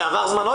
זה עבר זמנו,